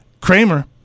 Kramer